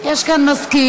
יש כאן מזכיר,